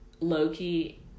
Loki